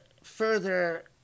further